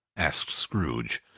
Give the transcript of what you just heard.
asked scrooge,